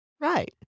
Right